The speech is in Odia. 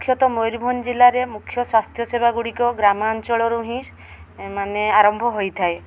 ମୁଖ୍ୟତଃ ମୟୂରଭଞ୍ଜ ଜିଲ୍ଲାରେ ମୁଖ୍ୟ ସ୍ୱାସ୍ଥ୍ୟସେବା ଗୁଡ଼ିକ ଗ୍ରାମାଞ୍ଚଳରୁ ହିଁ ମାନେ ଆରମ୍ଭ ହୋଇଥାଏ